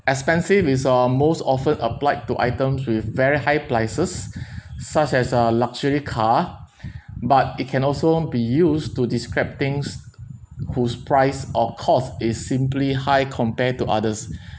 expensive is uh most often applied to items with very high prices such as a luxury car but it can also be used to describe things whose price or cost is simply high compare to others